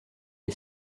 est